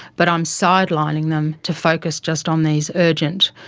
but i'm sidelining them to focus just on these urgent,